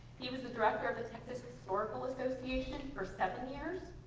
he was the director of a texas historical association for seven years.